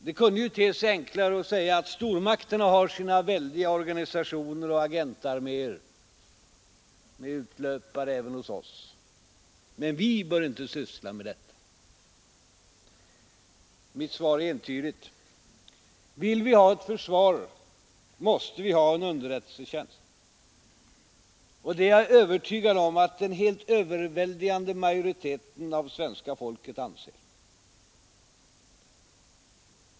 Det kunde ju te sig enklare att säga att stormakterna har sina väldiga organisationer och agentarméer med utlöpare även hos oss, men vi bör inte syssla med detta. Mitt svar är entydigt: Vill vi ha ett försvar, måste vi ha en underrättelsetjänst. Och det är jag övertygad om att den helt överväldigande majoriteten av svenska folket anser.